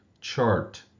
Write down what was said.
chart